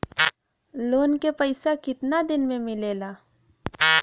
Loan के पैसा कितना दिन मे मिलेला?